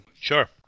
sure